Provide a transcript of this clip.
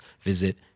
visit